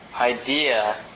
idea